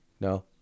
No